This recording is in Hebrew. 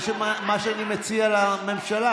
זה מה שאני מציע לממשלה.